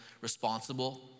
responsible